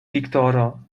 viktoro